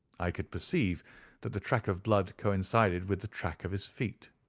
i could perceive that the track of blood coincided with the track of his feet.